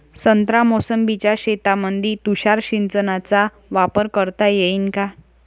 संत्रा मोसंबीच्या शेतामंदी तुषार सिंचनचा वापर करता येईन का?